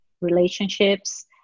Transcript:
relationships